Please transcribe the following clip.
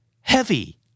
Heavy